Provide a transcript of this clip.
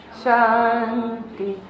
shanti